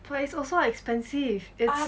but it's also expensive it's like